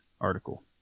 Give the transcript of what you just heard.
article